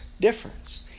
difference